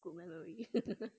good memory